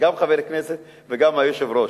שהוא גם חבר כנסת וגם היושב-ראש,